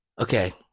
Okay